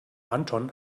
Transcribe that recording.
anton